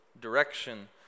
direction